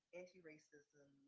anti-racism